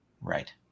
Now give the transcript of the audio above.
Right